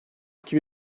iki